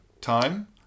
time